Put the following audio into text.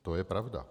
To je pravda.